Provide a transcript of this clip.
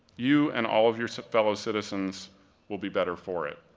you and all of your fellow citizens will be better for it.